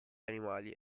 animali